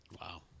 Wow